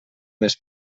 més